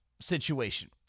situation